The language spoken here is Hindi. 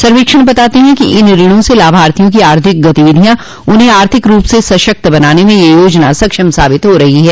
सर्वेक्षण बताते हैं कि इन ऋणों स लाभार्थियों की आर्थिक गविधियां उन्हें आर्थिक रूप से सशक्त बनाने में यह योजना सक्षम साबित हो रही है